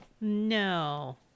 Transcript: No